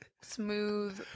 smooth